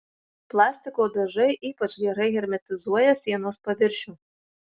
plastiko dažai ypač gerai hermetizuoja sienos paviršių